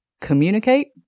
communicate